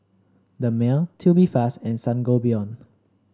Dermale Tubifast and Sangobion